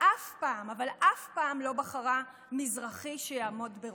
שאף פעם, אבל אף פעם לא בחרה מזרחי שיעמוד בראשה.